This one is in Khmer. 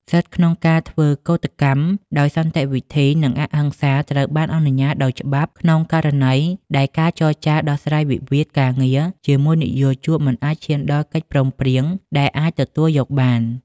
សិទ្ធិក្នុងការធ្វើកូដកម្មដោយសន្តិវិធី និងអហិង្សាត្រូវបានអនុញ្ញាតដោយច្បាប់ ក្នុងករណីដែលការចរចាដោះស្រាយវិវាទការងារជាមួយនិយោជកមិនអាចឈានដល់កិច្ចព្រមព្រៀងដែលអាចទទួលយកបាន។